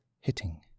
hitting